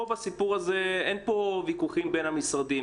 פה בסיפור הזה אין ויכוחים בין המשרדים,